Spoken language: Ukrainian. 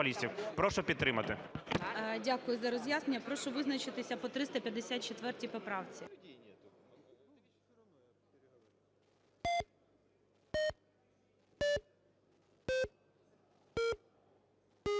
Дякую за роз'яснення. Прошу визначитися по 354 поправці.